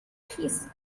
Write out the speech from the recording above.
piece